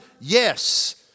Yes